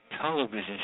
television